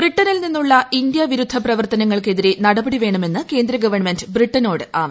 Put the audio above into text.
ബ്രിട്ടനിൽ നിന്നുള്ള ഇന്ത്യാ വിരുദ്ധ പ്രവർത്തനങ്ങൾക്ക് എതിരെ നടപടി വേണമെന്ന് കേന്ദ്ര ഗവൺമെന്റ് ബ്രിട്ടനോട് ആവശ്യപ്പെട്ടു